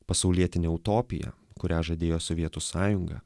pasaulietinė utopija kurią žadėjo sovietų sąjunga